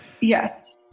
Yes